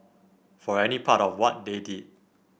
for any part of what they did